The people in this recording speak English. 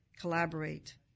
collaborate